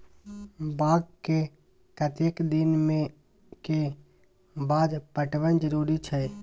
बाग के कतेक दिन के बाद पटवन जरूरी छै?